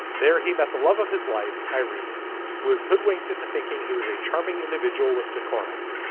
there he met the love of his life irene who was hoodwinked into thinking he was a charming individual with decorum.